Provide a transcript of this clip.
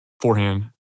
forehand